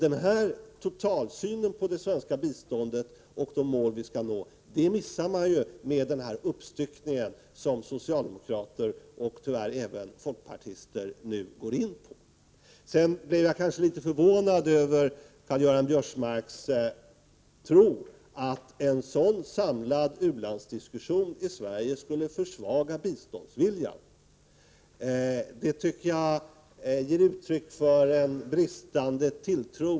En totalsyn av det svenska biståndet och de mål som vi skall nå missar vi med den uppstyckning som socialdemokraterna och tyvärr även folkpartisterna nu går in för. Det är litet förvånande att Karl-Göran Biörsmark tror att en sådan samlad u-landsdiskussion i Sverige skulle försvaga biståndsviljan. Det tycker jag är ett uttryck för en bristande tilltro.